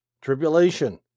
Tribulation